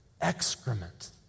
excrement